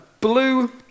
blue